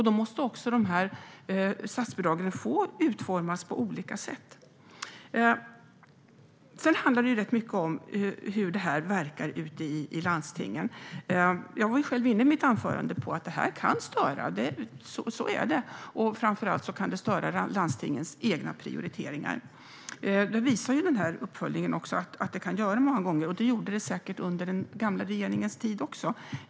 Då måste också statsbidragen få utformas på olika sätt. Sedan handlar det mycket om hur detta fungerar ute i landstingen. I mitt anförande var jag själv inne på att detta kan störa. Så är det. Framför allt kan det störa landstingens egna prioriteringar. Det visade också uppföljningen att det kan göra många gånger. Det gjorde det säkert under den gamla regeringens tid också.